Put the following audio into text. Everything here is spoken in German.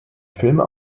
filme